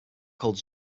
holds